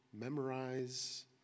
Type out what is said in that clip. memorize